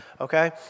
okay